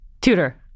Tutor